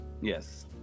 Yes